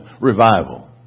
revival